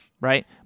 right